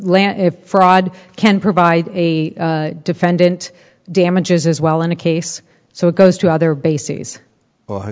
if fraud can provide a defendant damages as well in a case so it goes to other bases or